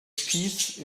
peace